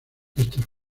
estas